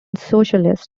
socialist